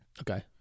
Okay